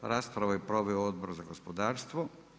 Raspravu je proveo Odbor za gospodarstvo.